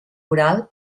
oral